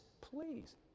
please